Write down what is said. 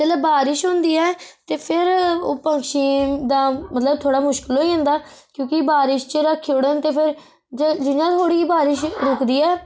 जेल्लै बारिश होंदी ऐ ते फिर ओह् पक्षियें दा मतलब थोह्ड़ि मुश्किल होई जंदा क्योंकि बारिश च रक्खी उड़न ते फिर जियां मुड़ी बारिश रूकदी ऐ